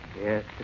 yes